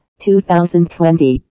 2020